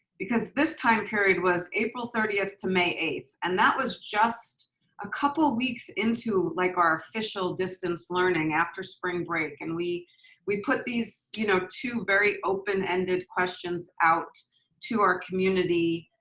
because this time period was april thirtieth to may eighth. and that was just a couple weeks into like our official distance learning after spring break. and we we put these you know very open ended questions out to our community,